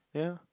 yeah